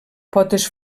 potes